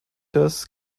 das